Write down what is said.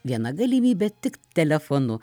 viena galimybė tik telefonu